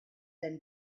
been